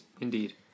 Indeed